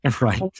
Right